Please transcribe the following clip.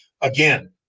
Again